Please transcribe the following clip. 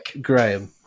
graham